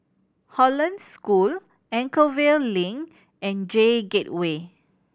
Hollandse School Anchorvale Link and J Gateway